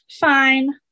Fine